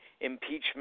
impeachment